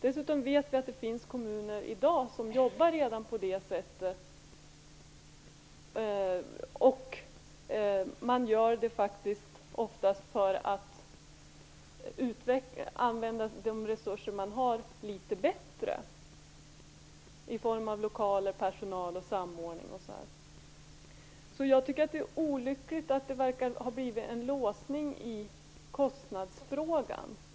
Dessutom vet vi att det redan i dag finns kommuner som jobbar på detta sätt, och man gör det oftast för att använda de resurser man har i form av lokaler, personal och samordning litet bättre. Jag tycker att det är olyckligt att det verkar ha blivit en låsning i kostnadsfrågan.